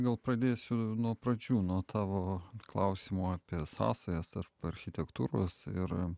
gal pradėsiu nuo pradžių nuo tavo klausimų apie sąsajas tarp architektūros ir